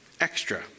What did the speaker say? extra